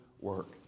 work